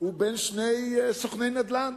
הוא כמו בין שני סוכני נדל"ן.